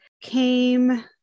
came